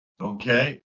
okay